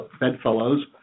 bedfellows